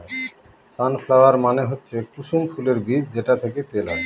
সান flower মানে হচ্ছে কুসুম ফুলের বীজ যেটা থেকে তেল হয়